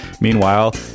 Meanwhile